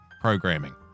programming